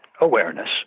awareness